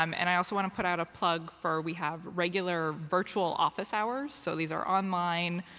um and i also want to put out a plug for we have regular virtual office hours. so these are online,